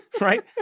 Right